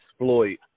exploit